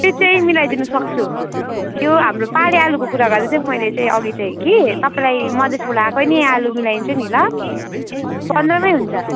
त्यो चाहिँ मिलाइदिनु सक्छु यो हाम्रो पहाडे आलुको कुरा गर्दै थिएँ कि मैले चाहिँ अघि चाहिँ कि तपाईँलाई मधेसबाट आएको नै आलु नै मिलाइदिन्छु नि ल पन्ध्रमै हुन्छ